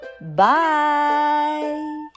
Bye